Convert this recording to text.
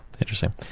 Interesting